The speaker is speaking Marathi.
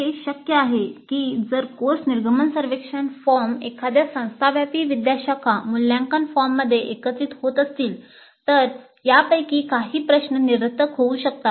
हे शक्य आहे की जर कोर्स निर्गमन सर्वेक्षण फॉर्म एखाद्या संस्था व्यापी विद्याशाखा मूल्यांकन फॉर्ममध्ये एकत्रित होत असतील तर यापैकी काही प्रश्न निरर्थक होऊ शकतात